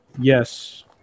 yes